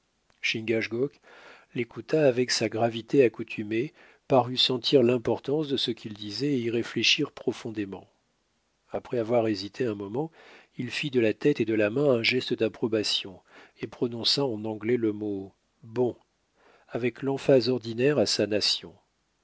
l'écouta avec sa gravité accoutumée parut sentir l'importance de ce qu'il disait et y réfléchir profondément après avoir hésité un moment il fit de la tête et de la main un geste d'approbation et prononça en anglais le mot bon avec l'emphase ordinaire à sa nation